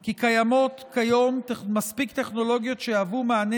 כי קיימות כיום מספיק טכנולוגיות שיהוו מענה